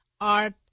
Art